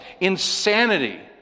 Insanity